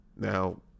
Now